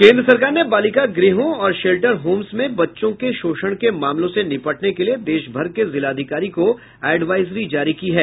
केन्द्र सरकार ने बालिका गृहों और शेल्टर होम्स में बच्चों के शोषण के मामलों से निपटने के लिए देश भर के जिलाधिकारी को एडवाइजरी जारी किया है